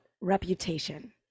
reputation